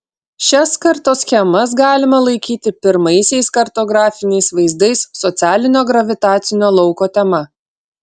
šias kartoschemas galima laikyti pirmaisiais kartografiniais vaizdais socialinio gravitacinio lauko tema